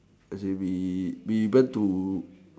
as in we we went to